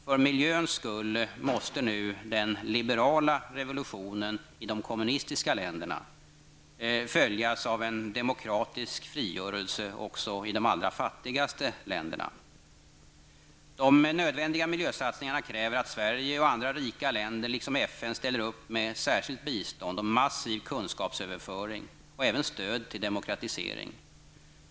För miljöns skull måste nu den liberala revolutionen i de kommunistiska länderna följas av en demokratisk frigörelse också i de allra fattigaste länderna. De nödvändiga miljösatsningarna kräver att Sverige och andra rika länder liksom FN ställer upp med särskilt bistånd och massiv kunskapsöverföring och även stöd till demokratisering.